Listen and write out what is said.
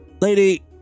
Lady